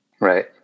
Right